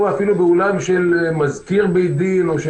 או אפילו באולם של מזכיר בית דין או של